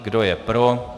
Kdo je pro?